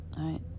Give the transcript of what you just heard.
right